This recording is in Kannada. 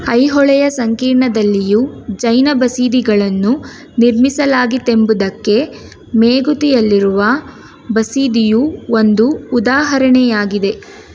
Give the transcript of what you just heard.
ಐಹೊಳೆಯ ಸಂಕೀರ್ಣದಲ್ಲಿಯೂ ಜೈನ ಬಸದಿಗಳನ್ನು ನಿರ್ಮಿಸಲಾಗಿತ್ತೆಂಬುದಕ್ಕೆ ಮೇಗುತಿಯಲ್ಲಿರುವ ಬಸದಿಯು ಒಂದು ಉದಾಹರಣೆಯಾಗಿದೆ